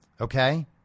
okay